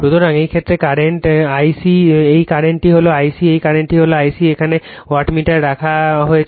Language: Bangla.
সুতরাং এই ক্ষেত্রে কারেন্ট এখানে Ic এই কারেন্টটি হল I c এই কারেন্টটি হল I c এখানে ওয়াটমিটার রাখা হয়েছে